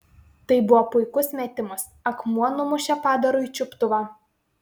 tai buvo puikus metimas akmuo numušė padarui čiuptuvą